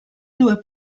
due